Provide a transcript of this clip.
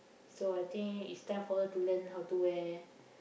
so I think it's time for her to learn how to wear